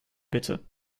bitte